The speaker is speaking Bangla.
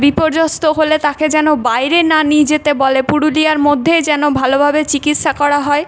বিপর্যস্ত হলে তাকে যেন বাইরে না নিয়ে যেতে বলে পুরুলিয়ার মধ্যে যেন ভালোভাবে চিকিৎসা করা হয়